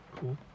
Cool